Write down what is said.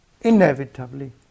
inevitably